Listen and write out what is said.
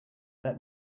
let